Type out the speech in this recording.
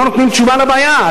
שלא נותנים תשובה על הבעיה.